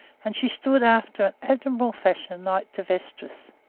and she stood after an admirable fashion like to vestris.